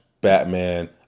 Batman